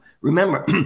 Remember